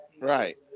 Right